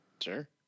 Sure